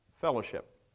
Fellowship